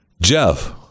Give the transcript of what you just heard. Jeff